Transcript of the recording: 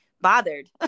bothered